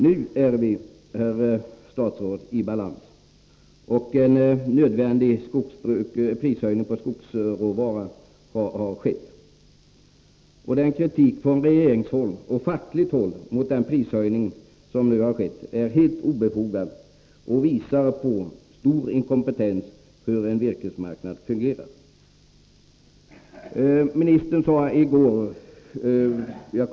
Nu är vi, herr statsråd, i balans, och en nödvändig höjning av priset på skogsråvara har ägt rum. Den kritik från regeringshåll och fackligt håll som har riktats mot denna prishöjning är helt obefogad och visar på stor inkompetens när det gäller att förstå hur en virkesmarknad fungerar.